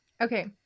Okay